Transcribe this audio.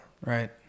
Right